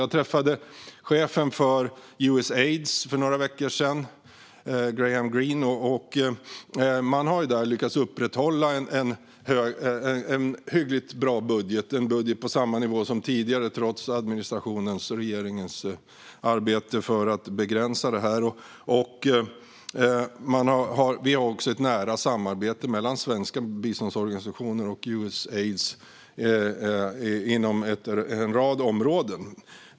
Jag träffade chefen för Usaid, Mark Green, för några veckor sedan, och där har man lyckats upprätthålla en hyggligt bra budget på samma nivå som tidigare, trots administrationens och regeringens arbete för att begränsa den. Vi har också ett nära samarbete mellan svenska biståndsorganisationer och Usaid inom en rad områden.